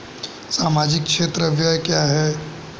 सामाजिक क्षेत्र व्यय क्या है?